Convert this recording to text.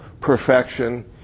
perfection